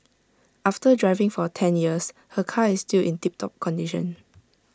after driving for ten years her car is still in tip top condition